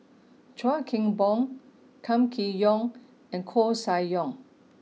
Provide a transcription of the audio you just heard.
Chuan Keng Boon Kam Kee Yong and Koeh Sia Yong